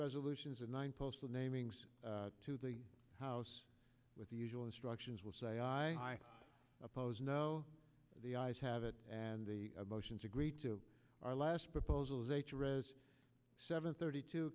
resolutions and one postal namings to the house with the usual instructions will say i oppose no the ayes have it and the motions agreed to our last proposal is a seven thirty two